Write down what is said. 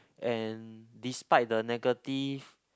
and despite the negative